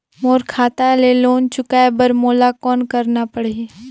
मोर खाता ले लोन चुकाय बर मोला कौन करना पड़ही?